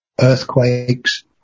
earthquakes